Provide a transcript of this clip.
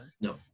no